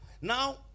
Now